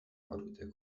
آلوده